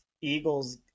Eagles